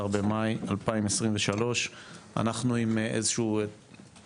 ב-11 במאי 2023. אנחנו עם איזשהו